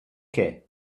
què